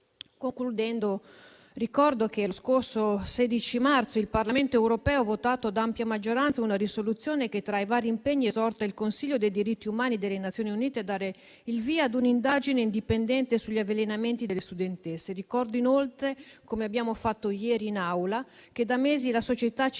Concludendo, ricordo che lo scorso 16 marzo il Parlamento europeo ha votato ad ampia maggioranza una risoluzione che, tra i vari impegni, esorta il Consiglio per i diritti umani delle Nazioni Unite a dare il via a un'indagine indipendente sugli avvelenamenti delle studentesse. Ricordo inoltre, come abbiamo fatto ieri in Aula, che da mesi la società civile